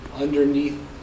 underneath